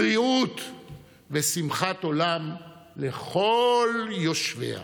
בריאות ושמחת עולם לכל יושביה.